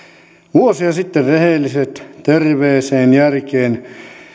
vuosia sitten rehelliset terveeseen järkeen